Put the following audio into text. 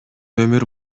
өмүр